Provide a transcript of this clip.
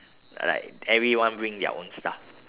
like everyone bring their own stuff